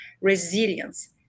resilience